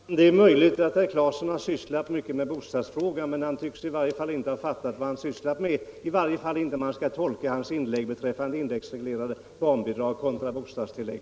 Herr talman! Det är möjligt att herr Claeson har sysslat mycket med bostadsfrågan, men han tycks inte ha fattat vad han sysslat med, i varje fall inte om man skall tolka hans inlägg i dag beträffande indexreglerade barnbidrag kontra bostadstillägg.